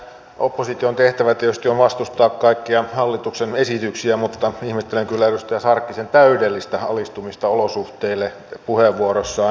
opposition tehtävä tietysti on vastustaa kaikkia hallituksen esityksiä mutta ihmettelen kyllä edustaja sarkkisen täydellistä alistumista olosuhteille puheenvuorossaan